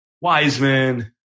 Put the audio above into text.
Wiseman